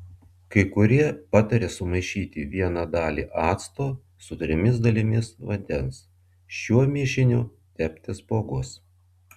kai kurie pataria sumaišyti vieną dalį acto su trimis dalimis vandens šiuo mišiniu tepti spuogus